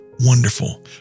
wonderful